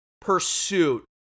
pursuit